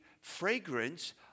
fragrance